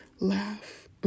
Laugh